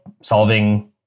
Solving